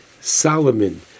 Solomon